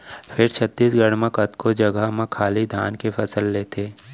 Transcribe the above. फेर छत्तीसगढ़ म कतको जघा म खाली धाने के फसल लेथें